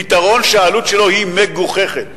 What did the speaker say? פתרון שהעלות שלו היא מגוחכת.